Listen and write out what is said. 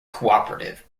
cooperative